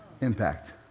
impact